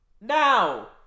now